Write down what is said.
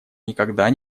никогда